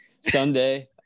sunday